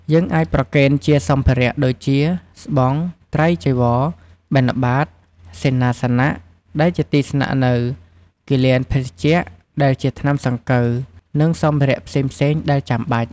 យើងអាចប្រគេនជាសម្ភារៈដូចជា ស្បង់ ត្រៃចីវរ បិណ្ឌបាត សេនាសនៈ ដែលជា ទីស្នាក់នៅ គិលានភេសជ្ជៈ ដែលជា ថ្នាំសង្កូវ និងសម្ភារៈផ្សេងៗដែលចាំបាច់។